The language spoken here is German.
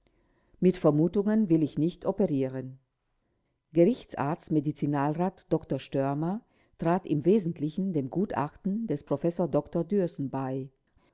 mit vermutungen will ich nicht operieren gerichtsarzt medizinalrat dr störmer trat im wesentlichen dem gutachten des prof dr dührßen bei